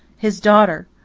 his daughter!